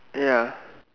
ya